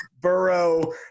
Burrow